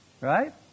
Right